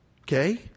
okay